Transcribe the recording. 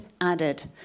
added